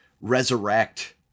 resurrect